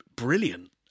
Brilliant